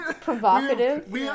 provocative